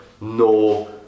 no